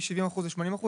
מ-70% ל-80%,